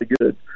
good